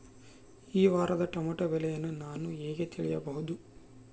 ಈ ವಾರದ ಟೊಮೆಟೊ ಬೆಲೆಯನ್ನು ನಾನು ಹೇಗೆ ತಿಳಿಯಬಹುದು?